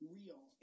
real